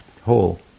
whole